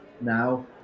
now